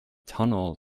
tunnel